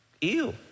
Ew